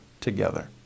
together